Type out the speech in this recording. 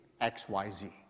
XYZ